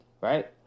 right